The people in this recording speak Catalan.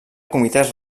comitès